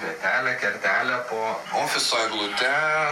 vietelę kertelę po ofiso eglute